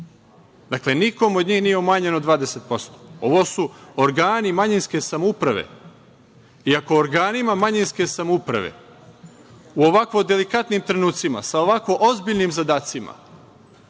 nikome od njih nije umanjeno 20%. Ovo su organi manjinske samouprave i ako organima manjinske samouprave u ovako delikatnim trenucima, sa ovako ozbiljnim zadacima